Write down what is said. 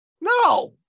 no